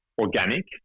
organic